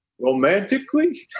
romantically